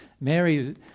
Mary